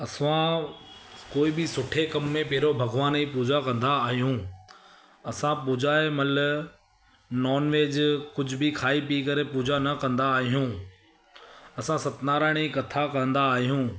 असां कोई बि सुठे कम में पहिरियों भॻिवान जी पूजा कंदा आहियूं असां पूजा जे महिल नॉन वेज कुझु बि खाई पी करे पूजा न कंदा आहियूं असां सतनारायण जी कथा कंदा आहियूं